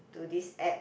to this app